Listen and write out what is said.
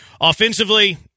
Offensively